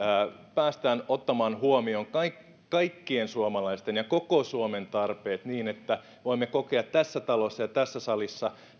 päästään ottamaan huomioon kaikkien kaikkien suomalaisten ja koko suomen tarpeet niin että voimme kokea tässä talossa ja tässä salissa